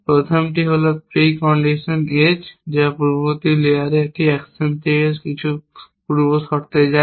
প্রথমটি হল precondition as যা পূর্ববর্তী লেয়ারের একটি অ্যাকশন থেকে কিছু পূর্ব শর্তে যায়